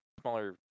smaller